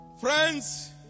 Friends